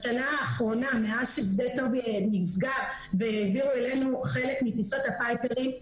בשנה האחרונה מאז בית עובד נסגר והעבירו אלינו חלק מטיסות הפייפרים,